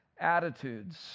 attitudes